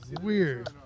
weird